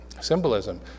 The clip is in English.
symbolism